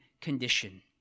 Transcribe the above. condition